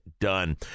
Done